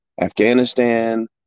Afghanistan